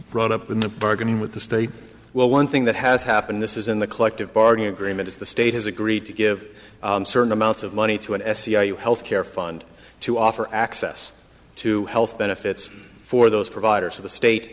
brought up in the bargaining with the state well one thing that has happened this is in the collective bargaining agreement is the state has agreed to give certain amounts of money to an s c r you health care fund to offer access to health benefits for those providers of the state